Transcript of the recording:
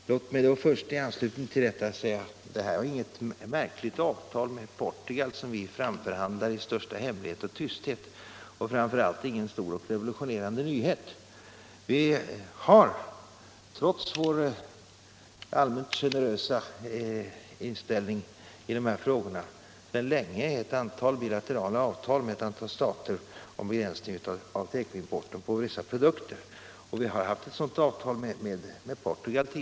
Låt mig först i anslutning till detta säga att det inte är fråga om något märkligt avtal med Portugal, som vi förhandlat fram i största hemlighet och tysthet, och framför allt inte någon stor och revolutionerande nyhet. Vi har, trots vår allmänt generösa inställning i dessa frågor, sedan länge ett antal bilaterala avtal med olika stater om begränsning av importen av vissa tekoprodukter, och vi har tidigare haft ett sådant avtal med Portugal.